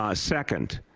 ah second,